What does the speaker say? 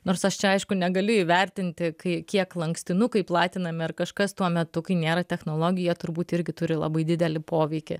nors aš čia aišku negaliu įvertinti kai kiek lankstinukai platinami ar kažkas tuo metu kai nėra technologijų jie turbūt irgi turi labai didelį poveikį